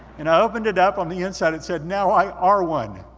and i opened it up, on the inside it said, now i are one.